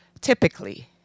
typically